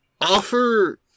Offer